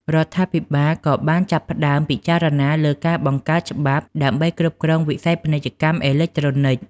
រដ្ឋាភិបាលក៏បានចាប់ផ្តើមពិចារណាលើការបង្កើតច្បាប់ដើម្បីគ្រប់គ្រងវិស័យពាណិជ្ជកម្មអេឡិចត្រូនិក។